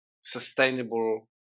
sustainable